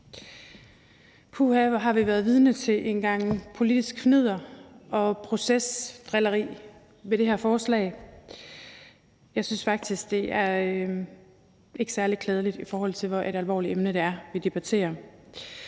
Puha, hvor har vi været vidne til en gang politisk fnidder og procesdrilleri i forbindelse med det her forslag. Jeg synes faktisk ikke, det er særlig klædeligt, i forhold til hvor alvorligt det emne, vi debatterer,